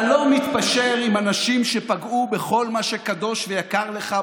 אתה לא מתפשר עם אנשים שפגעו בכל מה שקדוש ויקר לך,